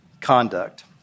conduct